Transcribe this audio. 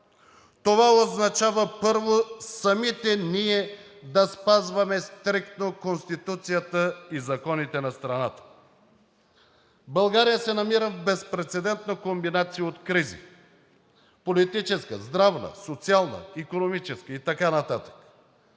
това означава първо самите ние да спазваме стриктно Конституцията и законите на страната. България се намира в безпрецедентна комбинация от кризи – политическа, здравна, социална, икономическа и така нататък.